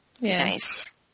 nice